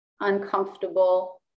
uncomfortable